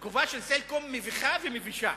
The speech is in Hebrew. התגובה של "סלקום" מביכה ומבישה.